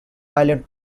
island